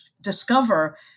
discover